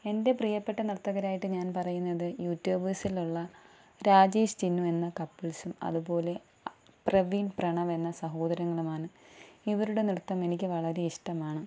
എൻ്റെ പ്രിയപ്പെട്ട നർത്തകരായിട്ട് ഞാൻ പറയുന്നത് യൂട്യൂബേർസിലുള്ള രാജേഷ് ചിന്നു എന്ന കപ്പിൾസും അതുപോലെ പ്രവീൺ പ്രണവെന്ന സഹോദരങ്ങളുമാണ് ഇവരുടെ നൃത്തം എനിക്ക് വളരെ ഇഷ്ടമാണ്